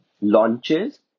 launches